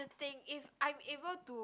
thing if I'm able to